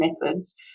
methods